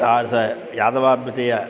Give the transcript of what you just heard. ता स यादवाभ्युदयः